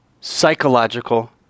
psychological